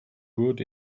good